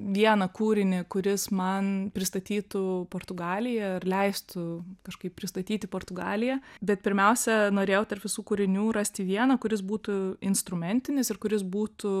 vieną kūrinį kuris man pristatytų portugaliją ir leistų kažkaip pristatyti portugaliją bet pirmiausia norėjau tarp visų kūrinių rasti vieną kuris būtų instrumentinis ir kuris būtų